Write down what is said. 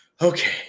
okay